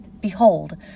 Behold